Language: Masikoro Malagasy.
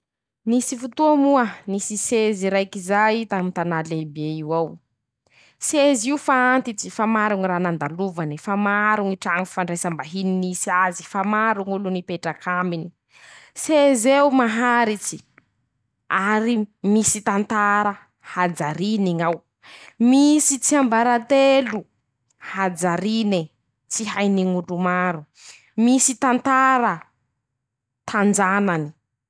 Nisy fotoa moa ,nisy sezy raiky zay taminy tanà lehibe io ao. Sezy io fa antitsy, fa maro ñy raha nandalovane ,fa maro ñy traño fifandraisam-bahiny nisy azy ,fa maro ñ'olo nipetrak'amine, sez'eo maharitsy ary misy tantara hajàriny ñ'ao ,misy tsiambaratelo hajarine ,tsy hainy ñ'olo maro, misy tantara tanjanany.